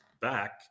back